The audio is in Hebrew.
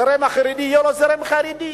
הזרם החרדי יהיה לו זרם חרדי.